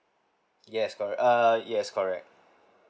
yes correct err yes correct